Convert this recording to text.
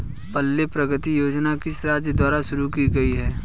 पल्ले प्रगति योजना किस राज्य द्वारा शुरू की गई है?